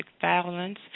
violence